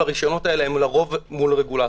הרשיונות האלה הם לרוב מול הרגולטורים.